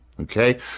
okay